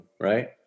right